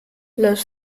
los